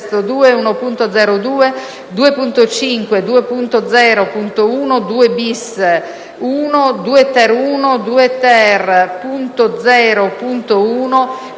Grazie